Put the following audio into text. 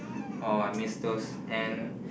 oh I miss those and